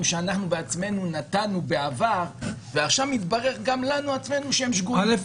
שאנחנו בעצמנו נתנו בעבר ועכשיו מתברר גם לנו עצמנו שהם שגויים,